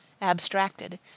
abstracted